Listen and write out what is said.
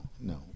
no